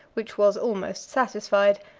which was almost satisfied,